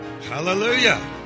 Hallelujah